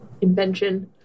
invention